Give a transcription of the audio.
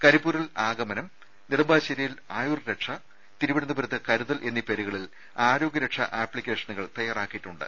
കരിപ്പൂരിൽ ആഗമനം നെടുമ്പാശേരിയിൽ ആയുർ രക്ഷ തിരുവനന്തപുരത്ത് കരുതൽ എന്നീ പേരുകളിൽ ആരോഗ്യ രക്ഷാ ആപ്പിക്കേഷനുകൾ തയാറാക്കിയിട്ടുണ്ട്